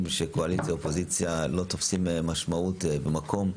שקואליציה/אופוזיציה לא תופסים משמעות במקום.